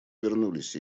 вернулись